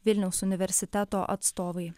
vilniaus universiteto atstovai